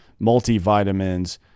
multivitamins